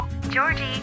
Georgie